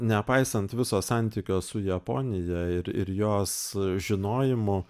nepaisant viso santykio su japonija ir ir jos žinojimu